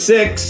Six